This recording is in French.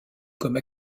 comme